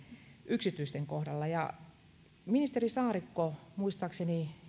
yksityisten kohdalla ministeri saarikko muistaakseni